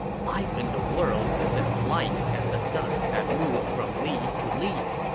life in the world is as light as the dust that moves from leaf to leaf.